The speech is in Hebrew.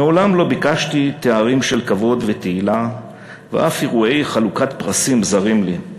"מעולם לא ביקשתי תארים של כבוד ותהילה ואף אירוע חלוקת פרסים זר לי.